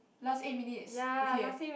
last eight minutes okay